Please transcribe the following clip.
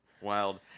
wild